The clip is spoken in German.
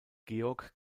georg